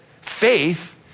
faith